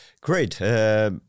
Great